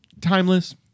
timeless